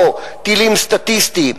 לא טילים סטטיסטיים,